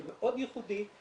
זה מאוד ייחודי,